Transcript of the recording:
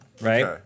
right